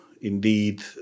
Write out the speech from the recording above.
indeed